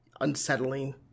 unsettling